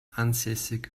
ansässig